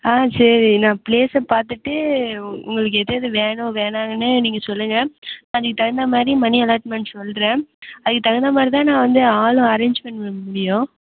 ஆ சரி நான் பிளேசை பார்த்துட்டு உங்களுக்கு எது எது வேணும் வேணாம்னு நீங்கள் சொல்லுங்க அதுக்கு தகுந்த மாதிரி மணி அலாட்மென்ட் சொல்கிறேன் அதுக்கு தகுந்த மாதிரி தான் வந்து ஆளும் அரேஞ் பண்ண முடியும்